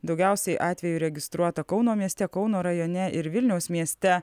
daugiausiai atvejų registruota kauno mieste kauno rajone ir vilniaus mieste